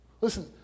Listen